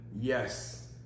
yes